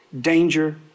danger